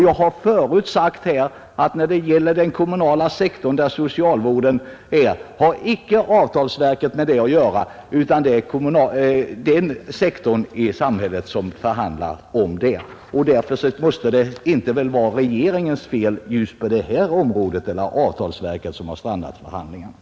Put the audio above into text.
Jag har förut sagt här att när det gäller den kommunala sektorn, där socialvården ligger, så har avtalsverket icke med det att göra utan det är den sektorn i samhället som förhandlar. Därför måste det väl inte vara regeringens eller avtalsverkets fel att förhandlingarna har strandat just på det här området.